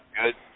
good